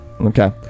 Okay